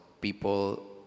people